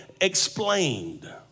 explained